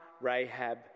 Rahab